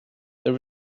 there